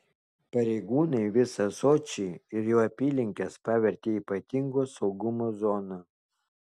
pareigūnai visą sočį ir jo apylinkes pavertė ypatingo saugumo zona